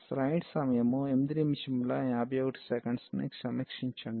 కాబట్టి మాకు 1x2y2పదం ఉంది